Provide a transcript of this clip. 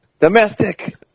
Domestic